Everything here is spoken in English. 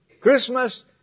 Christmas